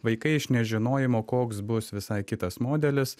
vaikai iš nežinojimo koks bus visai kitas modelis